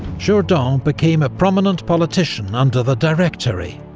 jourdan became a prominent politician under the directory,